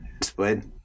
split